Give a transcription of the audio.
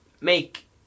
make